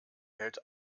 hält